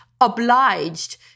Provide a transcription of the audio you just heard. obliged